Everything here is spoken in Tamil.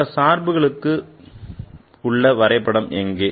மற்ற சார்புகளுக்கு வரைபடம் எங்கே